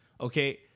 Okay